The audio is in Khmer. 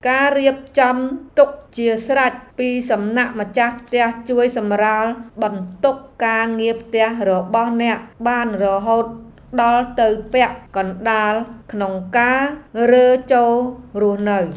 ការរៀបចំទុកជាស្រេចពីសំណាក់ម្ចាស់ផ្ទះជួយសម្រាលបន្ទុកការងារផ្ទះរបស់អ្នកបានរហូតដល់ទៅពាក់កណ្ដាលក្នុងការរើចូលរស់នៅ។